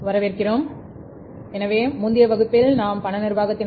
வரவேற்கிறோம் முந்தைய வகுப்பில் நாம் பண நிர்வாகத்தின்